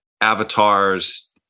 Avatars